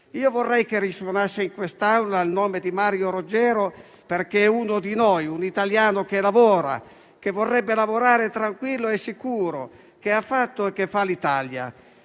Vorrei che risuonasse in quest'Aula il nome di Mario Roggero perché è uno di noi, un italiano che lavora, che vorrebbe lavorare tranquillo e sicuro, che ha fatto e che fa l'Italia.